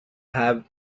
have